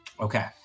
Okay